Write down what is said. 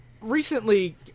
recently